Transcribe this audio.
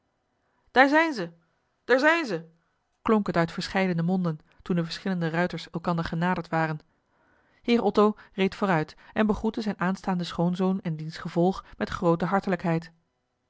daar zijn ze daar zijn ze klonk het uit verscheidene monden toen de verschillende ruiters elkander genaderd waren heer otto reed vooruit en begroette zijn aanstaanden schoonzoon en diens gevolg met groote